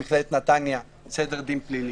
במכללת נתניה סדר דין פלילי.